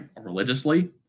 religiously